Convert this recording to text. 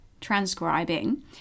transcribing